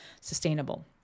sustainable